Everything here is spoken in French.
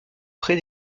près